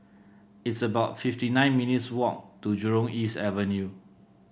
it's about fifty nine minutes' walk to Jurong East Avenue